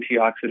antioxidant